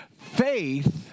faith